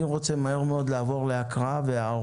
אני רוצה מהר מאוד לעבור להקראה והערות.